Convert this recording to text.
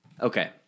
Okay